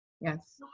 Yes